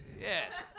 Yes